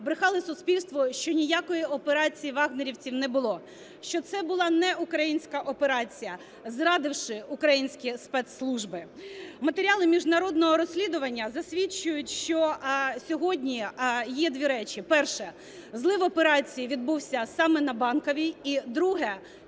брехали суспільству, що ніякої операції "вагнерівців" не було, що це була не українська операція, зрадивши українські спецслужби. Матеріали міжнародного розслідування засвідчують, що сьогодні є дві речі: перше – злив операції відбувся саме на Банковій, і друге –